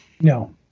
No